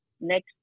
next